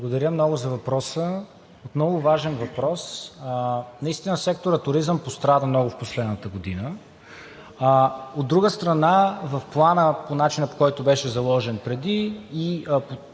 Благодаря много за въпроса. Много важен въпрос. Наистина секторът „Туризъм“ пострада много в последната година. От друга страна, в Плана, по начина, по който беше заложен преди,